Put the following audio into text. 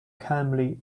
calmly